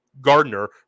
Gardner